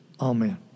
Amen